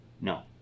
No